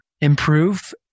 improve